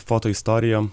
forto istoriją